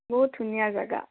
বহুত ধুনীয়া জেগা